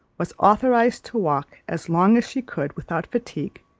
was authorised to walk as long as she could without fatigue,